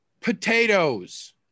Potatoes